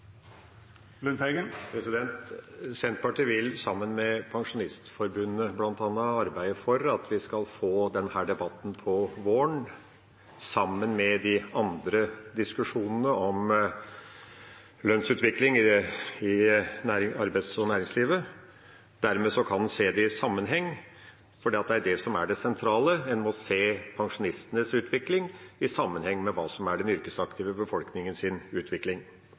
Senterpartiet vil, sammen med Pensjonistforbundet, bl.a., arbeide for at vi skal få denne debatten på våren sammen med de andre diskusjonene om lønnsutviklingen i arbeids- og næringslivet. Dermed kan en se det i sammenheng, for det er det som er det sentrale. En må se pensjonistenes utvikling i sammenheng med hva som er den yrkesaktive befolkningens utvikling. Imidlertid er den diskusjonen vi nå har, den anledningen Stortinget har til å si sin